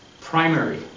primary